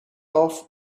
off